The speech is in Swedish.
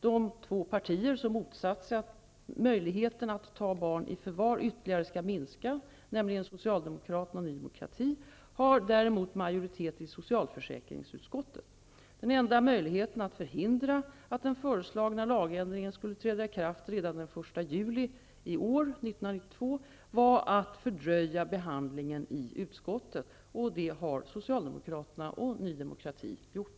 De två partier som motsatt sig att möjligheten att ta barn i förvar ytterligare skall minska -- nämligen Socialdemokraterna och Ny demokrati -- har däremot majoritet i socialförsäkringsutskottet. Den enda möjligheten att förhindra att den föreslagna lagändringen skulle träda i kraft redan den 1 juli 1992 var att fördröja behandlingen i utskottet. Det har Socialdemokraterna och Ny demokrati gjort.